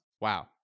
Wow